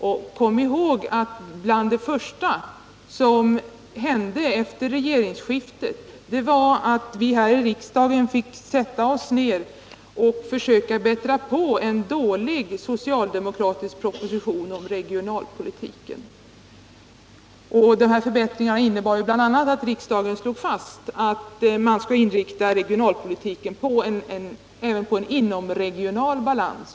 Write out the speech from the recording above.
Och kom ihåg att bland det första som hände efter regeringsskiftet var att vi här i 13 riksdagen fick sätta oss ned och försöka bättra på en dålig socialdemokratisk proposition om regionalpolitiken. De förbättringarna innebar bl.a. att riksdagen slog fast att regionalpolitiken skulle inriktas även på en inomregional balans.